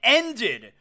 ended